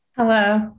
Hello